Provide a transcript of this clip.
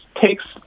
takes